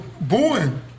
booing